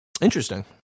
Interesting